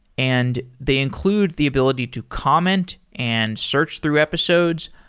and they include the ability to comment and search through episodes.